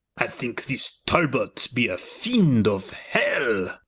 i thinke this talbot be a fiend of hell